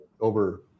over